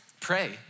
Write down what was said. pray